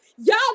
Y'all